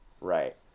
Right